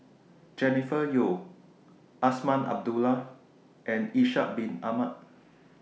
Jennifer Yeo Azman Abdullah and Ishak Bin Ahmad